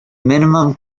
minimum